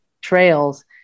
trails